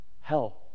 Hell